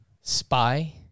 Spy